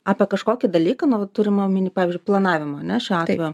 apie kažkokį dalyką nu va turim omeny pavyzdžiui planavimą ane šiuo atveju